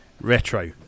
retro